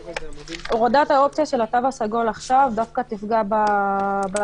הורדת האופציה של התו הסגול עכשיו תפגע בעסקים.